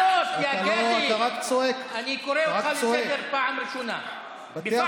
תעסוקה רווחית שמגדילה את העושר של החברה החרדית באופן כללי,